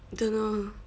don't know